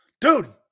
Dude